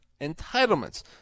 entitlements